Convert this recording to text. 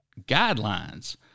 guidelines